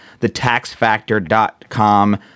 TheTaxFactor.com